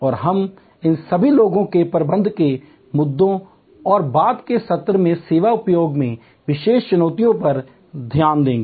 और हम इन सभी लोगों के प्रबंधन के मुद्दों और बाद के सत्र में सेवा उद्योग में विशेष चुनौतियों पर ध्यान देंगे